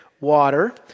water